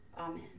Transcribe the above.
Amen